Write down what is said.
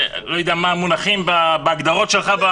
לא יודע מה המונחים בהגדרות שלך.